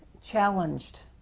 challenged,